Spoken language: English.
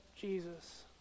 Jesus